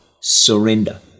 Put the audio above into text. surrender